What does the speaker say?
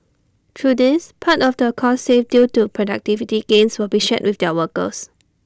through this part of the costs saved due to productivity gains will be shared with their workers